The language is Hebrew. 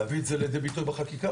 להביא את זה לידי ביטוי בחקיקה.